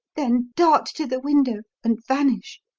then dart to the window and vanish.